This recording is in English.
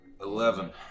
Eleven